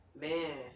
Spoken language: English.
Man